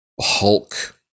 hulk